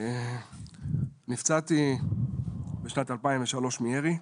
נפצעתי בשנת 2003 מירי,